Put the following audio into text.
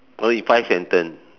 no you five sentence